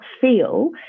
feel